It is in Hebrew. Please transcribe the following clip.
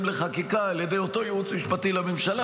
לחקיקה על ידי אותו ייעוץ משפטי לממשלה,